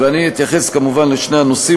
ואני אתייחס כמובן לשני הנושאים.